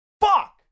Fuck